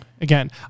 again